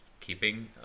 keeping